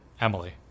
Emily